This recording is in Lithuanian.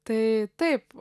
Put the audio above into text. tai taip